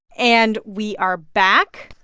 and we are back.